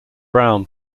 brown